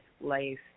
life